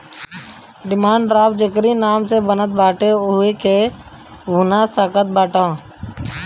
demand draft जेकरी नाम से बनत बाटे उहे एके भुना सकत बाटअ